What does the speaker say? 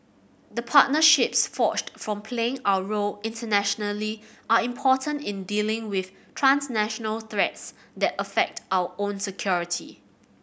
the partnerships forged from playing our role internationally are important in dealing with transnational threats that affect our own security